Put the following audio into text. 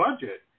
budget